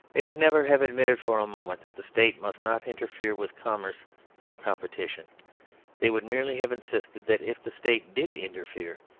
they would never have admitted for a moment that the state must not interfere with commerce or competition they would merely have insisted that if the state did interfere,